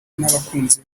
n’abakunzi